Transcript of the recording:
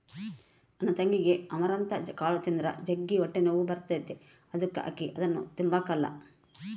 ನನ್ ತಂಗಿಗೆ ಅಮರಂತ್ ಕಾಳು ತಿಂದ್ರ ಜಗ್ಗಿ ಹೊಟ್ಟೆನೋವು ಬರ್ತತೆ ಅದುಕ ಆಕಿ ಅದುನ್ನ ತಿಂಬಕಲ್ಲ